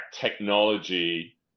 technology